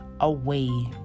away